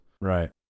Right